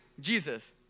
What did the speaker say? Jesus